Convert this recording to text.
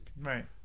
right